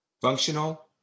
Functional